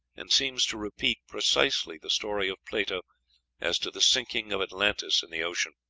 and seems to repeat precisely the story of plato as to the sinking of atlantis in the ocean.